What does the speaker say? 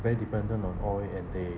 very dependent on oil and they